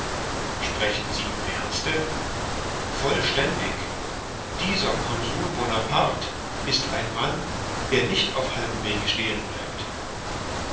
sprechen sie im ernste vollständig dieser consul bonaparte ist ein mann der nicht auf halbem wege stehen bleibt